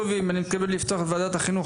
אני מתכבד לפתוח את ועדת החינוך,